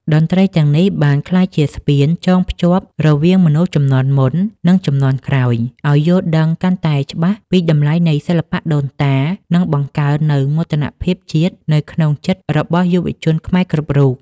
តន្ត្រីទាំងនេះបានក្លាយជាស្ពានចងភ្ជាប់រវាងមនុស្សជំនាន់មុន និងជំនាន់ក្រោយ ឱ្យយល់ដឹងកាន់តែច្បាស់ពីតម្លៃនៃសិល្បៈដូនតា និងបង្កើននូវមោទនភាពជាតិនៅក្នុងចិត្តរបស់យុវជនខ្មែរគ្រប់រូប។